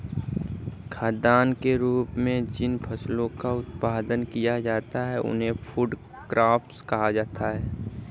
खाद्यान्न के रूप में जिन फसलों का उत्पादन किया जाता है उन्हें फूड क्रॉप्स कहा जाता है